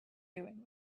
doing